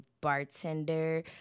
bartender